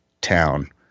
town